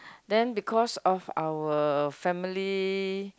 then because of our family